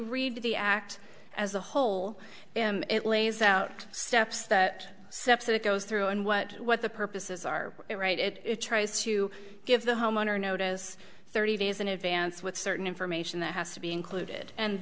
read the act as a whole it lays out steps that separate it goes through and what what the purposes are right it tries to give the homeowner notice thirty days in advance with certain information that has to be included and